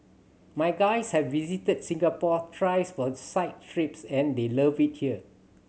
my guys have visited Singapore thrice for site trips and they loved it here